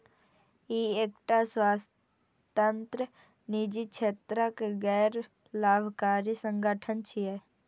ई एकटा स्वतंत्र, निजी क्षेत्रक गैर लाभकारी संगठन छियै